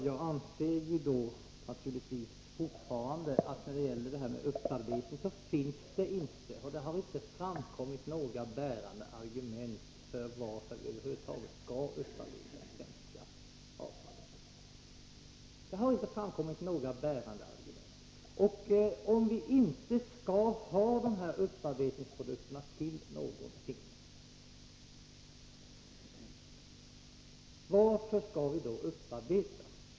Fru talman! Jag anser naturligtvis fortfarande att när det gäller upparbetning har det inte framkommit några bärande argument för att vi över huvud taget skall upparbeta det svenska avfallet. Det har inte framkommit några bärande argument. Om vi inte skall ha de här upparbetningsprodukterna till någonting, varför skall vi då upparbeta?